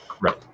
Right